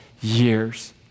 years